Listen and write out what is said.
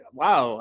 wow